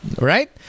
right